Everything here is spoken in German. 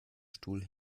stuhl